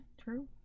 True